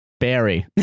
Barry